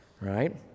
right